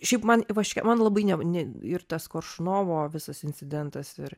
šiaip man ivaške man labai ne ne ir tas koršunovo visas incidentas ir